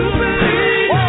believe